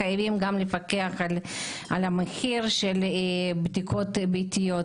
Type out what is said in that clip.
חייבים גם לפקח על המחיר של בדיקות ביתיות.